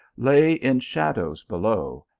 lay in shadows below,